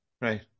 Right